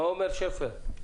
מר שפר,